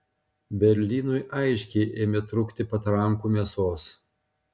berlynui aiškiai ėmė trūkti patrankų mėsos